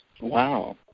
Wow